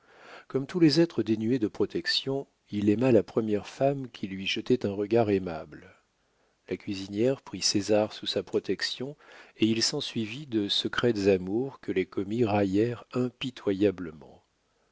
comme tous les êtres dénués de protection il aima la première femme qui lui jetait un regard aimable la cuisinière prit césar sous sa protection et il s'ensuivit de secrètes amours que les commis raillèrent impitoyablement